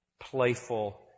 playful